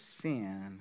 sin